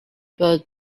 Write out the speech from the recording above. but